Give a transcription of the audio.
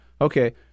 Okay